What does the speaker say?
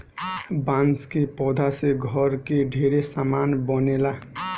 बांस के पौधा से घर के ढेरे सामान बनेला